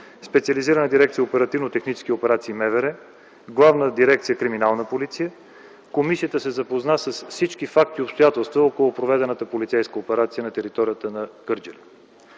специализирана Дирекция „Оперативно технически операции” МВР, Главна дирекция „Криминална полиция”. Комисията се запозна с всички факти и обстоятелства около проведената полицейска операция на територията на Кърджали.